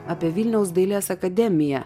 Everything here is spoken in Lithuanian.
apie vilniaus dailės akademiją